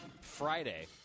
Friday